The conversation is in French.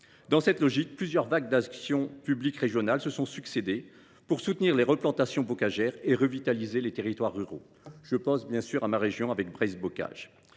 Dans cette logique, plusieurs vagues d’actions publiques régionales se sont succédé pour soutenir les replantations bocagères et revitaliser les territoires ruraux. Je pense bien sûr au programme Breizh Bocage